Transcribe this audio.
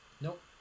nope